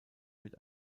mit